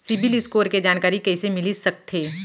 CIBIL score के जानकारी कइसे मिलिस सकथे?